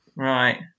Right